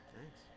Thanks